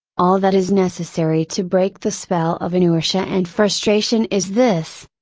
all that is necessary to break the spell of inertia and frustration is this.